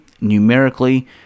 numerically